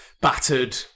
battered